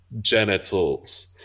genitals